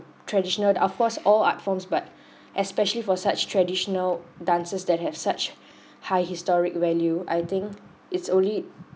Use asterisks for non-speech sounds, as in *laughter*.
traditional of course all art forms but *breath* especially for such traditional dances that have such *breath* high historic value I think it's only